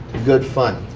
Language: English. good fun.